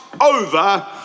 over